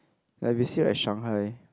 like if you see like Shanghai